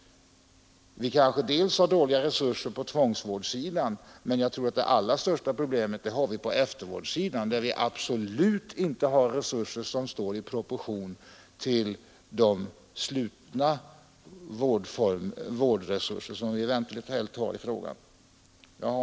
Vi har kanske dåliga resurser på tvångsvårdssidan, men de största problemen tror jag trots allt finns på eftervårdssidan. Där finns inte resurser som står i proportion till de slutenvårdsresurser som finns. Herr talman!